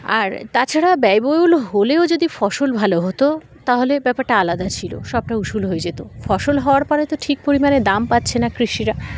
আর তাছাড়া ব্যয়বহুল হলেও যদি ফসল ভালো হতো তাহলে ব্যাপারটা আলাদা ছিল সবটা উসল হয়ে যেত ফসল হওয়ার পরে তো ঠিক পরিমাণে দাম পাচ্ছে না কৃষিরা